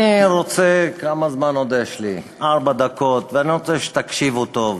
אני רוצה בארבע הדקות שיש לי, שתקשיבו טוב,